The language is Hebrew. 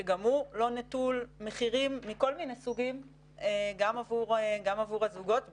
שגם הוא לא נטול מחירים מכל מיני סוגים גם עבור הזוגות ,